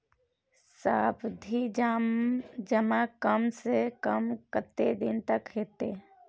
सावधि जमा कम से कम कत्ते दिन के हते?